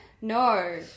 No